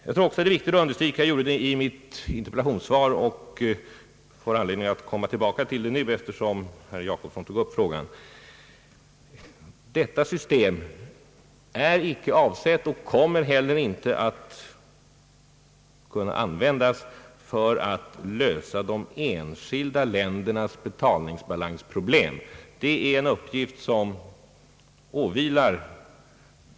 Jag tror också det är viktigt att understryka — jag gjorde det i mitt interpellationssvar och jag får anledning att komma tillbaka till det nu eftersom herr Jacobsson tog upp frågan — att detta system icke är avsett och heller icke kommer att kunna användas för att lösa de enskilda ländernas betalningsbalansproblem.